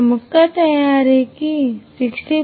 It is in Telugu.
ఒక ముక్క తయారీకి 64